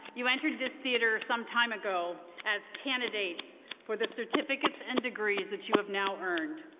you entered this theater sometime ago as candidates for the certificates and degrees that you have now earned.